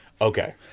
Okay